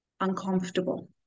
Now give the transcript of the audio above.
uncomfortable